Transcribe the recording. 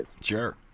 Sure